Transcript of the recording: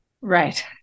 Right